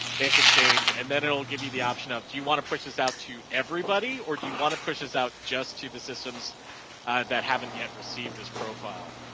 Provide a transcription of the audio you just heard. make a change and then it'll give you the option of do you want to push this out to everybody or do you want to push us out just to the systems that haven't yet received this profile.